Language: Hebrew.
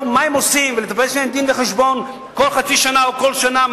מה הם עושים ולבקש מהם להציג דין-וחשבון כל חצי שנה או כל שנה.